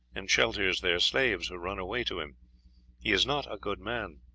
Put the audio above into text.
and shelters their slaves who run away to him he is not a good man.